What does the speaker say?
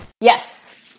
Yes